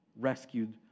rescued